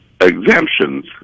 exemptions